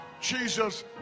Jesus